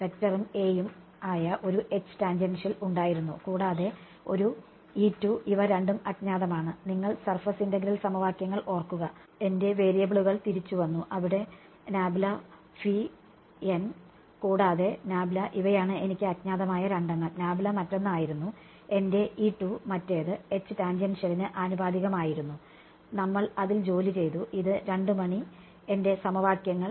വെക്ടറും a യും ആയ ഒരു H ടാൻജെൻഷ്യൽ ഉണ്ടായിരുന്നു കൂടാതെ ഒരു ഇവ രണ്ടും അജ്ഞാതമാണ് നിങ്ങൾ സർഫസ് ഇന്റഗ്രൽ സമവാക്യങ്ങൾ ഓർക്കുക എന്റെ വേരിയബിളുകൾ തിരിചുവന്നു അവിടെ കൂടാതെ ഇവയാണ് എനിക്ക് അജ്ഞാതമായ രണ്ടെണ്ണം മറ്റൊന്ന് ആയിരുന്നു എന്റെ മറ്റേത് H ടാൻജെൻഷ്യലിന് ആനുപാതികമായിരുന്നു നമ്മൾ അതിൽ ജോലി ചെയ്തു ഇത് രണ്ടുമണി എന്റെ സമവാക്യങ്ങൾ